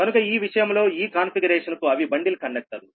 కనుక ఈ విషయంలో ఈ కాన్ఫిగరేషన్ కు అవి బండిల్ కండక్టర్లు